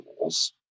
rules